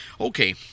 Okay